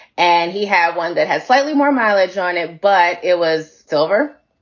and he had one that had slightly more mileage on it. but it was silver.